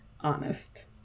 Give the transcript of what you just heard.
honest